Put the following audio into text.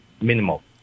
minimal